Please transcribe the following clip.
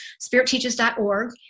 spiritteaches.org